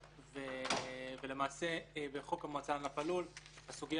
למעשה בחוק המועצה לענף הלול הסוגיה